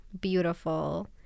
beautiful